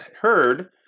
heard